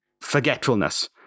forgetfulness